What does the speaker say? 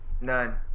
None